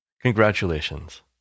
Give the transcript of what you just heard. congratulations